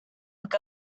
look